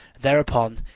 Thereupon